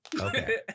Okay